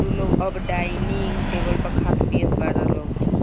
तू लोग अब डाइनिंग टेबल पर खात पियत बारा लोग